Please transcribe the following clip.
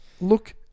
look